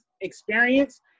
experience